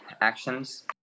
actions